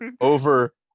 over